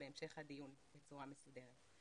בהמשך הדיון בצורה מסודרת.